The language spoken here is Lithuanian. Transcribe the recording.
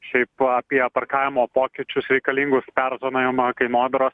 šiaip apie parkavimo pokyčius reikalingus perzonavimą kainodaros